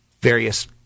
various